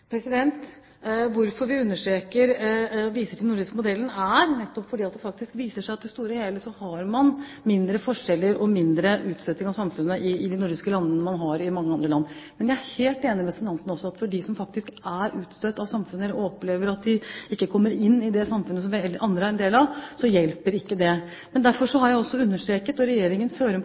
Hvorfor vi understreker og viser til den nordiske modellen, er nettopp fordi det faktisk viser seg at i det store og hele har man mindre forskjeller og mindre utstøting av samfunnet i de nordiske landene enn man har i mange andre land. Jeg er helt enig med representanten i at for dem som faktisk er utstøtt av samfunnet eller opplever at de ikke kommer inn i det samfunnet som vi andre er en del av, hjelper ikke det. Derfor har jeg også understreket at Regjeringen fører